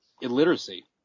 illiteracy